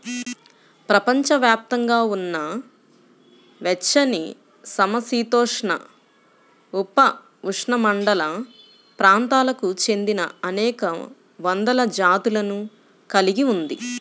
ప్రపంచవ్యాప్తంగా ఉన్న వెచ్చనిసమశీతోష్ణ, ఉపఉష్ణమండల ప్రాంతాలకు చెందినఅనేక వందల జాతులను కలిగి ఉంది